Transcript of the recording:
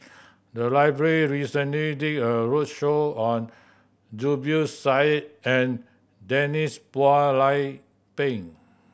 the library recently did a roadshow on Zubir Said and Denise Phua Lay Peng